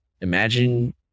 Imagine